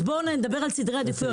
אז בואו נדבר על סדרי עדיפויות.